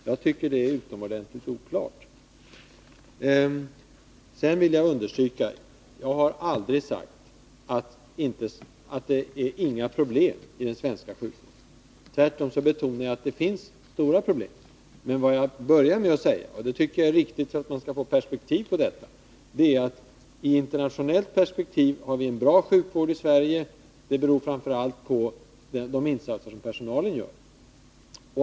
Jag tycker att det är utomordentligt oklart. Sedan vill jag understryka: Jag har aldrig sagt att det inte är några problem i den svenska sjukvården. Tvärtom betonade jag att det finns stora problem. Vad jag började med att säga, och det tycker jag är riktigt att framhålla för att få rimliga proportioner på detta, var att i internationellt perspektiv har vi en bra sjukvård i Sverige, och det beror framför allt på de insatser som personalen gör.